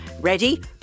Ready